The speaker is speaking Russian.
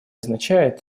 означает